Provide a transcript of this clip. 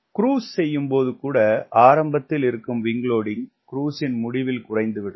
cruise செய்யும் போது கூட ஆரம்பத்தில் இருக்கும் விங்க் லோடிங்க் குரூஸின் முடிவில் குறைந்துவிடும்